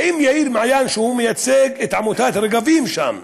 האם יאיר מעיין, שהוא מייצג את עמותת "רגבים" שם,